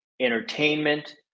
entertainment